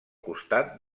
costat